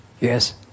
Yes